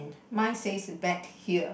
mine says bet here